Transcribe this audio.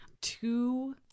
two